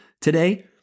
today